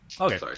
Okay